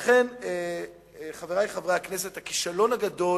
לכן, חברי חברי הכנסת, הכישלון הגדול